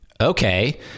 okay